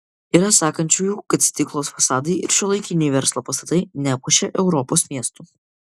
yra sakančiųjų kad stiklo fasadai ir šiuolaikiniai verslo pastatai nepuošia europos miestų